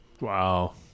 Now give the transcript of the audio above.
Wow